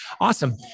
Awesome